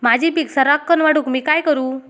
माझी पीक सराक्कन वाढूक मी काय करू?